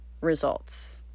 results